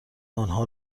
آنها